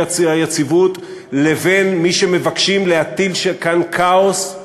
היציבות לבין מי שמבקשים להטיל כאן כאוס,